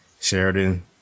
Sheridan